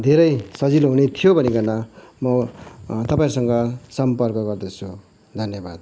धेरै सजिलो हुने थियो भनिकन म तपाईँहरूसँग सम्पर्क गर्दछु धन्यवाद